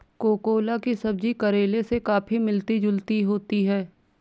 ककोला की सब्जी करेले से काफी मिलती जुलती होती है